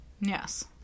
Yes